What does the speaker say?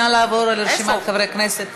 נא לעבור על רשימת חברי הכנסת.